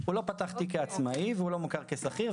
הוא לא פתח תיק כעצמאי והוא לא מוכר כשכיר,